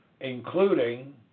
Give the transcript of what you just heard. including